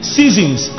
seasons